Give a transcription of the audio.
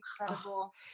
incredible